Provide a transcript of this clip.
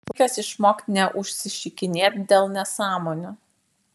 laikas išmokt neužsišikinėt dėl nesąmonių